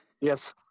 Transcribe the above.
Yes